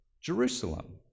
Jerusalem